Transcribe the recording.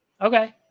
okay